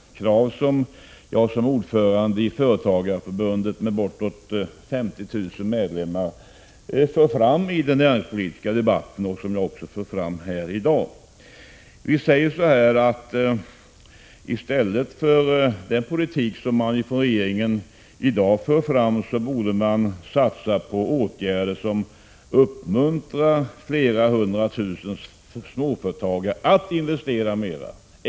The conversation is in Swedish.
Det är klart jag som ordförande i Företagareförbundet med bortåt 50 000 medlemmar för fram detta i den näringspolitiska debatten och även i debatten här i dag. Vi anser att regeringen i stället för den politik som den i dag för borde satsa på åtgärder som uppmuntrar flera hundra tusen småföretagare att investera mera.